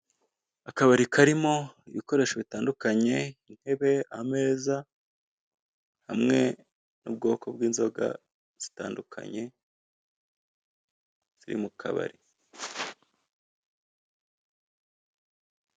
Akabari karimo ibikoresho bitandukanye, intebe ameza, hamwe n'ubwoko bw'inzoga zitandukanye ziri mu kabari.